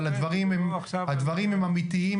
אבל הדברים הם אמיתיים,